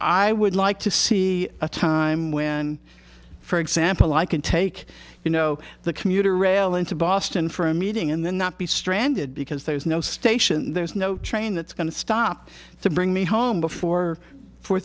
i would like to see a time when for example i can take you know the commuter rail into boston for a meeting and then not be stranded because there's no station there's no train that's going to stop to bring me home before four